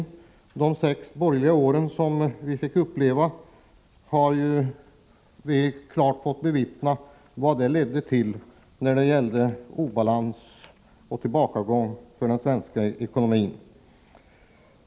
Under de sex borgerliga år som vi fick uppleva har vi klart fått bevittna vad dessa dogmer ledde till — obalans och tillbakagång i den svenska ekonomin.